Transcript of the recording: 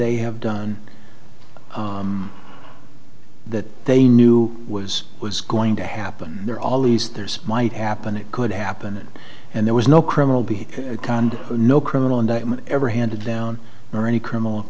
they have done that they knew was was going to happen there all these there's might happen it could happen and there was no criminal being conned no criminal indictment ever handed down or any criminal